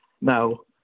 No